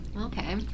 Okay